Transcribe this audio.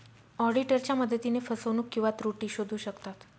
ऑडिटरच्या मदतीने फसवणूक किंवा त्रुटी शोधू शकतात